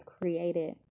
created